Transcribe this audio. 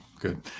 good